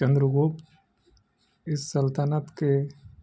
چندر گوب اس سلطنت کے